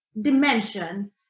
dimension